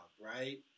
right